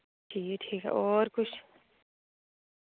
ठीक ऐ ठीक होर कुछ